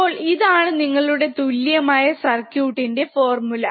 അപ്പോൾ ഇതാണ് നിങ്ങളുടെ തുലയമായ സർക്യൂട്ട്ന്റെ ഫോർമുല